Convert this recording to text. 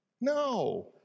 No